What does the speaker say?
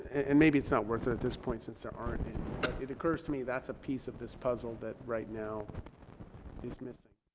and maybe it's not worth it at this point since there aren't but it occurs to me that's a piece of this puzzle that right now is missing